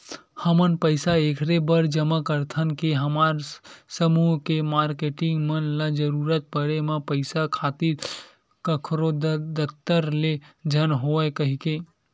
हमन पइसा ऐखरे बर जमा करथन के हमर समूह के मारकेटिंग मन ल जरुरत पड़े म पइसा खातिर कखरो दतदत ले झन होवय कहिके